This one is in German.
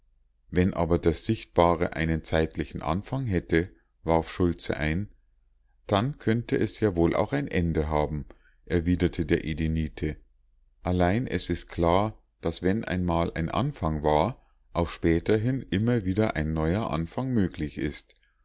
wenn aber das sichtbare einen zeitlichen anfang hätte warf schultze ein dann könnte es ja wohl auch ein ende haben erwiderte der edenite allein es ist klar daß wenn einmal ein anfang war auch späterhin immer wieder ein neuer anfang möglich ist